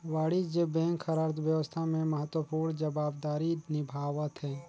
वाणिज्य बेंक हर अर्थबेवस्था में महत्वपूर्न जवाबदारी निभावथें